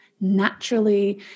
naturally